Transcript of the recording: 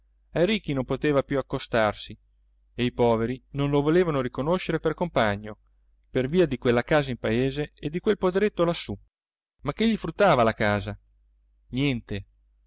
ricchi non poteva più accostarsi e i poveri non lo volevano riconoscere per compagno per via di quella casa in paese e di quel poderetto lassù ma che gli fruttava la casa niente